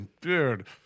dude